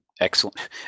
excellent